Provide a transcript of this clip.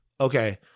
okay